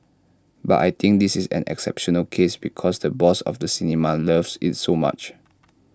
but I think this is an exceptional case because the boss of the cinema loves IT so much